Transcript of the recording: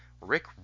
Rick